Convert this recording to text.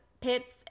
pits